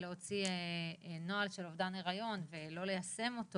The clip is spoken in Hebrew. להוציא נוהל של אובדן היריון ולא ליישם אותו